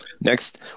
next